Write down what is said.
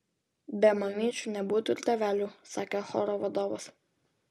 be mamyčių nebūtų ir tėvelių sakė choro vadovas